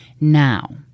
Now